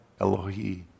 Elohi